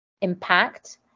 impact